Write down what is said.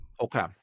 Okay